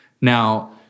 Now